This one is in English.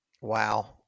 Wow